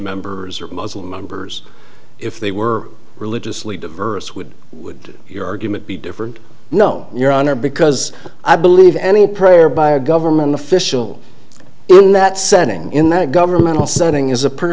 members or muslim members if they were religiously diverse would would your argument be different no your honor because i believe any prayer by a government official in that setting in that governmental setting is a per